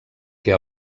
què